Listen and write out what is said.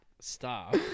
Stop